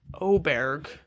Oberg